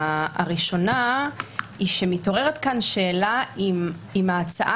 הראשונה היא שמתעוררת כאן שאלה אם ההצעה,